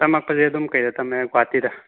ꯇꯝꯃꯛꯄꯁꯦ ꯑꯗꯨꯝ ꯀꯩꯗ ꯇꯝꯃꯦ ꯒꯨꯍꯥꯇꯤꯗ